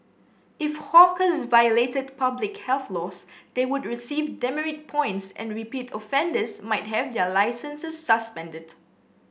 if hawkers violated public health laws they would receive demerit points and repeat offenders might have their licences suspended